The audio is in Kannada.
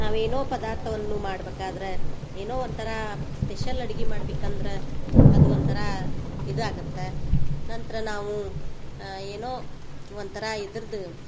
ನಾವೇನೋ ಪದಾರ್ಥವನ್ನು ಮಾಡ್ಬೇಕಾದ್ರ ಏನೋ ಒಂಥರ ಸ್ಪೆಷಲ್ ಅಡ್ಗಿ ಮಾಡ್ಬೇಕಂದ್ರ ಅದು ಒಂಥರ ಇದಾಗತ್ತ ನಂತರ ನಾವು ಏನೋ ಒಂಥರ ಇದ್ರದ್ದು